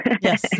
Yes